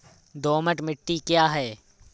दोमट मिट्टी क्या है?